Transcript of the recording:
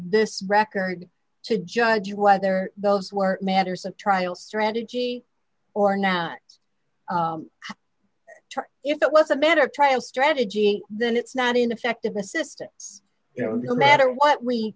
this record to judge whether those were matters of trial strategy or not if it was a better trial strategy then it's not ineffective assistance you know the matter what we